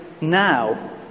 now